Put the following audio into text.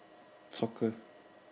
soccer